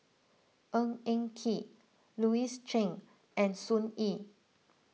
Ng Eng Kee Louis Chen and Sun Yee